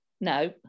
No